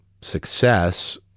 success